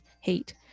hate